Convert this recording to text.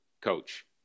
coach